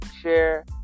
share